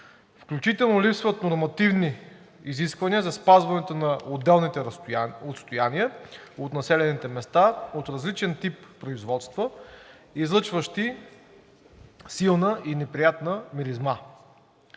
включително липсват нормативни изисквания за спазването на отделните отстояния от населените места от различен тип производства, излъчващи силна и неприятна миризма.